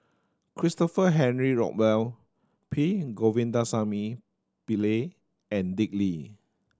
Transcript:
Christopher Henry Rothwell P Govindasamy Pillai and Dick Lee